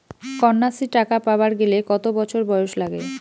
কন্যাশ্রী টাকা পাবার গেলে কতো বছর বয়স লাগে?